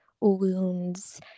wounds